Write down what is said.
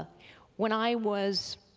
ah when i was